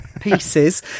pieces